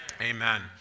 Amen